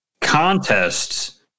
contests